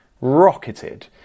rocketed